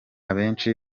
abenshi